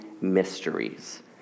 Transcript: mysteries